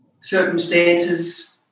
circumstances